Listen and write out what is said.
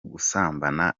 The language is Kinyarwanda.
gusambana